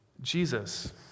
Jesus